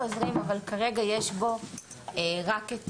אבל כרגע יש בו רק את